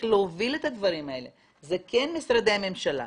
להוביל את הדברים האלה זה כן משרדי הממשלה.